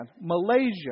Malaysia